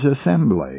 assembly